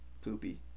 poopy